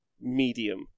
medium